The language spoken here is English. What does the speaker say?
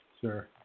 Sure